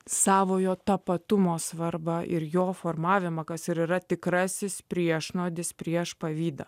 savojo tapatumo svarbą ir jo formavimą kas ir yra tikrasis priešnuodis prieš pavydą